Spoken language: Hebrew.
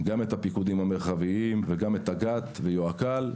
את הפיקודים המרחביים וגם את אג"ת ואת היועכ"ל.